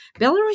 Belarus